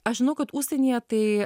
aš žinau kad užsienyje tai